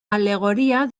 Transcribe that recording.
al·legoria